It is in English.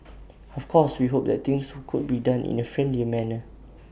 of course we hope that things could be done in A friendlier manner